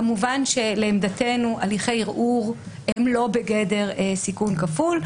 כמובן שלעמדתנו הליכי ערעור הם לא בגדר סיכון כפול.